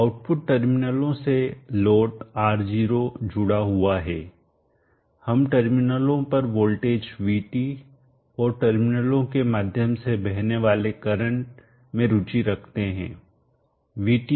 output टर्मिनलों से load R0 जुड़ा हुआ है हम टर्मिनलों पर वोल्टेज VT और टर्मिनलों के माध्यम से बहने वाले करंट में रुचि रखते हैं